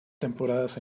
temporadas